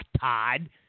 Todd